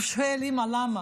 הוא שואל: אימא, למה?